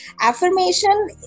affirmation